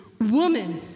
woman